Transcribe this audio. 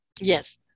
Yes